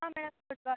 madam good morning